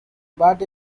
but